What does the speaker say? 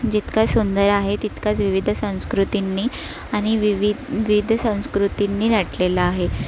जितका सुंदर आहे तितकाच विविध संस्कृतींनी आणि विवी विविध संस्कृतींनी नटलेला आहे